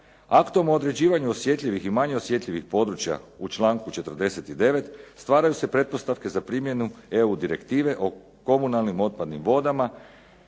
Aktom o određivanju osjetljivih i manje osjetljivih područja u članku 49. stvaraju se pretpostavke za primjenu EU direktive o komunalni otpadnim vodama